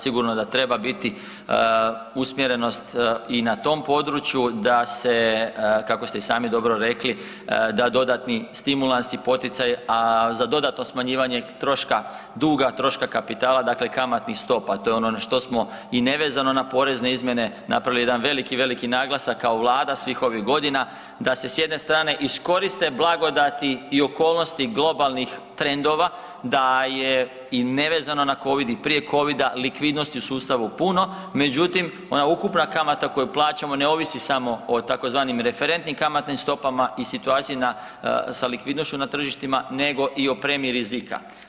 Sigurno da treba biti usmjerenost i na tom području da se kako ste i sami dobro rekli, da dodatni stimulansi i poticaj, a za dodatno smanjivanje duga troška kapitala dakle kamatnih stopa, to je što smo i nevezano na porezne izmjene napravili jedan veliki, veliki naglasak kao vlada svih ovih godina, da se s jedne strane iskoriste blagodati i okolnosti globalnih trendova, da je i nevezano na covid i prije covida likvidnosti u sustavu puno, međutim ona ukupna kamata koju plaćamo ne ovisi samo o tzv. referentnim kamatnim stopama i situaciji sa likvidnošću na tržištima nego i o premiji rizika.